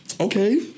Okay